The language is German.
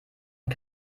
dem